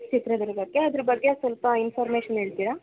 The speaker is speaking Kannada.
ಚಿತ್ರದುರ್ಗಕ್ಕೆ ಅದ್ರ ಬಗ್ಗೆ ಸ್ವಲ್ಪ ಇನ್ಫರ್ಮೇಷನ್ ಹೇಳ್ತಿರ